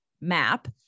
map